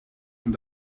van